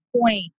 point